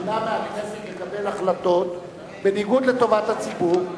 שתמנע מהכנסת לקבל החלטות בניגוד לטובת הציבור,